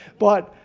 but